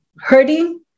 hurting